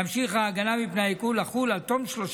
תמשיך ההגנה מפני עיקול לחול עד תום 30